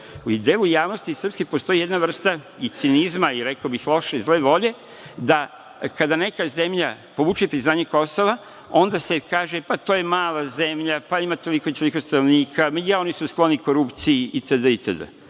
U delu javnosti srpske postoji jedna vrsta i cinizma i rekao bih loše i zle volje da kada neka zemlja povuče priznanje Kosova onda se kaže – pa, to je mala zemlja, ima toliko i toliko stanovnika, oni su skloni korupciji itd, itd.